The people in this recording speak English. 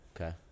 Okay